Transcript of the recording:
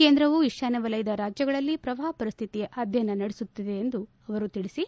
ಕೇಂದ್ರವು ಈಶಾನ್ವ ವಲಯದ ರಾಜ್ವಗಳಲ್ಲಿನ ಪ್ರವಾಹ ಪರಿಸ್ತಿತಿ ಅಧ್ಯಯನ ನಡೆಸುತ್ತಿದೆ ಎಂದು ಸಚಿವರು ತಿಳಿಸಿದರು